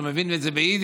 אז הוא מבין את זה ביידיש,